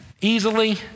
easily